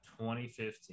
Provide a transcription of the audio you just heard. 2015